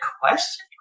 question